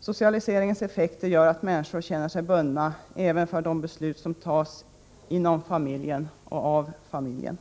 Socialiseringens effekter gör att människor känner sig bundna även vid de beslut som tas inom familjen och av familjen.